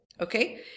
Okay